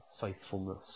faithfulness